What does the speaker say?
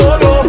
no